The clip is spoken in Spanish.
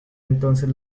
entonces